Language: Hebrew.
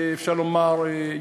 אפשר לומר,